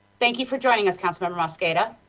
thank you for joining us. kind of um so but